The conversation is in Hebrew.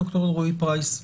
ד"ר אלרעי פרייס,